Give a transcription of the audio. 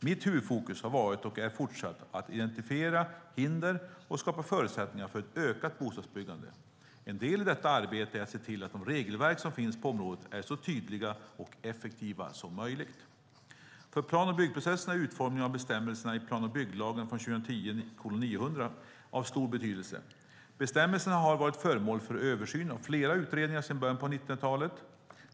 Mitt huvudfokus har varit och är fortsatt att identifiera hinder och skapa förutsättningar för ett ökat bostadsbyggande. En del i detta arbete är att se till att de regelverk som finns på området är så tydliga och effektiva som möjligt. För plan och byggprocessen är utformningen av bestämmelserna i plan och bygglagen av stor betydelse. Bestämmelserna har varit föremål för översyn av flera utredningar sedan början av 1990-talet.